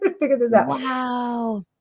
wow